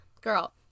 Girl